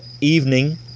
evening